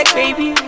baby